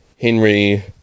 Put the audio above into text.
Henry